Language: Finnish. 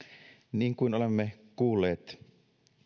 niin kuin olemme kuulleet